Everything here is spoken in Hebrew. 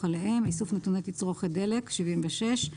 עליהם 76.איסוף נתוני תצרוכת דלק במהלך